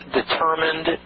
determined